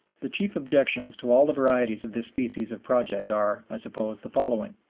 the chief objections to all the varieties of this species of project are, i suppose, the following.